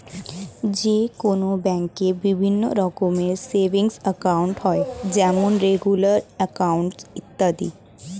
যে কোনো ব্যাঙ্কে বিভিন্ন রকমের সেভিংস একাউন্ট হয় যেমন রেগুলার অ্যাকাউন্ট, ইত্যাদি